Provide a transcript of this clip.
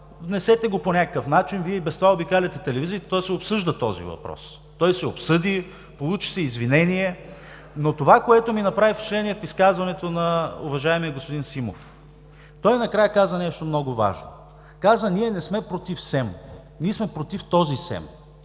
внесете го по някакъв начин, Вие и без това обикаляте телевизиите, той се обсъжда този въпрос. Той се обсъди, получи се извинение. Това, което ми направи впечатление в изказването на уважаемия господин Симов – той накрая каза нещо много важно. Каза: „Ние не сме против СЕМ, ние сме против този СЕМ.